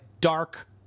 dark